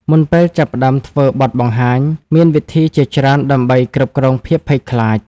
មុនពេលចាប់ផ្តើមធ្វើបទបង្ហាញ មានវិធីជាច្រើនដើម្បីគ្រប់គ្រងភាពភ័យខ្លាច។